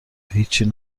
هیچی